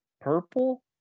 Purple